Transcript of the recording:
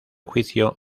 juicio